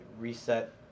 reset